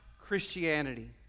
Christianity